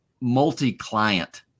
multi-client